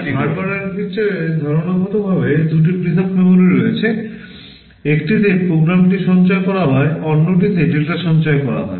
তবে হার্ভার্ড আর্কিটেকচারে ধারণাগতভাবে দুটি পৃথক memory রয়েছে একটিতে প্রোগ্রাম সঞ্চয় করা হয় অন্যটিতে আপনি ডেটা সঞ্চয় করা হয়